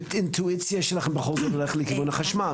ואינטואיציה שלך בכל זאת הולכת לכיוון החשמל,